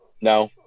No